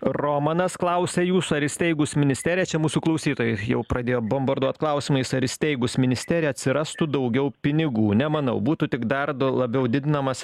romanas klausia jūsų ar įsteigus ministeriją čia mūsų klausytojai jau pradėjo bombarduot klausimais ar įsteigus ministeriją atsirastų daugiau pinigų nemanau būtų tik dar labiau didinamas